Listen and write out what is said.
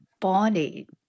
body